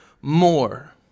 more